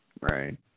Right